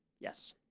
Yes